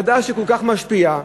ועדה שכל כך משפיעה,